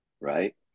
Right